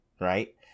right